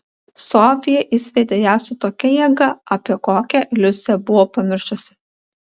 sofija išsviedė ją su tokia jėga apie kokią liusė buvo pamiršusi